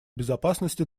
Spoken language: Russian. безопасности